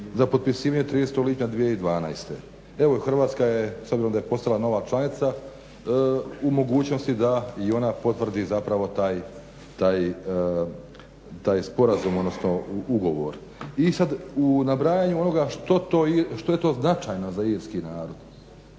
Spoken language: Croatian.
za potpisivanje 30. lipnja 2012. Evo Hrvatska je s obzirom da je postala nova članica u mogućnosti da i ona potvrdi zapravo taj sporazum, odnosno ugovor. I sad u nabrajanju onoga što je to značajno za irski narod